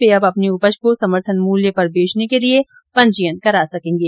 वे अब अपनी उपज को समर्थन मूल्य पर बेचने के लिये पंजीयन करा सकेंगे